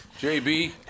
JB